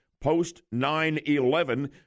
post-9-11